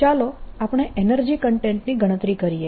ચાલો આપણે energy content ની ગણતરી કરીએ